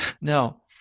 Now